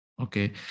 Okay